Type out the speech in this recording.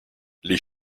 les